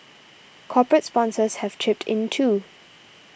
corporate sponsors have chipped in too